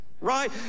right